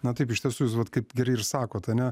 na taip iš tiesų jūs vat kaip gerai ir sakot ane